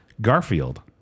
Garfield